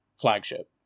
flagship